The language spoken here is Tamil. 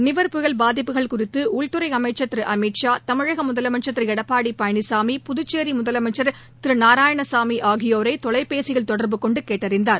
நிவர் புயல் பாதிப்புகள் குறித்து உள்துறை அமைச்சர் திரு அமித்ஷா தமிழக முதலமைச்சர் திரு எடப்பாடி பழனிசாமி புதுச்சேரி முதலமைச்ச் திரு நாராயணசாமி ஆகியோரை தொலைபேசியில் தொடா்பு கொண்டு கேட்டறிந்தார்